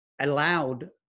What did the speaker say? allowed